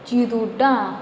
चिरूटां